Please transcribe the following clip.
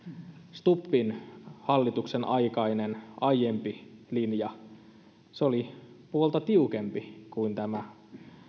stubbin hallituksen aikainen aiempi linja oli puolta tiukempi kuin tämä